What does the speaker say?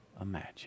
imagine